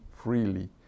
freely